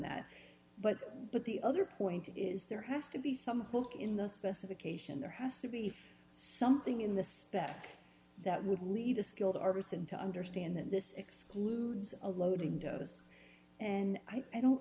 that but but the other point is there has to be some hook in the specification there has to be something in this that that would lead to skilled arbus and to understand that this excludes a loading dose and i don't